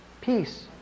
peace